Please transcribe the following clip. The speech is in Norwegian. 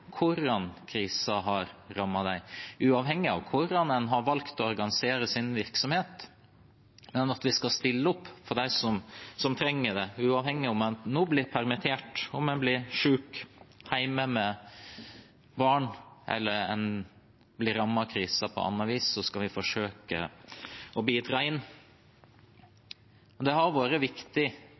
hvordan krisen har rammet dem, uavhengig av hvordan en har valgt å organisere sin virksomhet. Vi skal stille opp for dem som trenger det. Uavhengig av om en blir permittert, om en blir syk, er hjemme med barn, eller blir rammet av krisen på annet vis, skal vi forsøke å bidra. Det har vært viktig